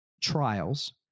trials